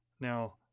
Now